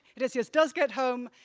odysseus does get home,